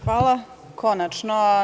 Hvala vam, konačno.